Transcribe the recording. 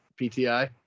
PTI